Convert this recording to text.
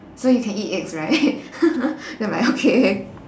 so you can eat eggs right then I'm like okay